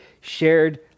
shared